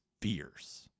fierce